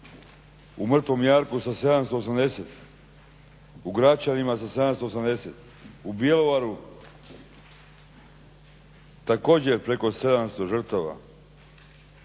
U Mrtvom jarku sa 780, u Gračanima sa 780, u Bjelovaru također preko 700 žrtava.